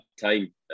time